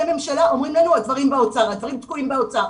ממשלה אומרים לנו הדברים תקועים באוצר,